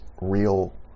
real